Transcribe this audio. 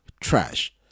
trash